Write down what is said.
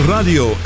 Radio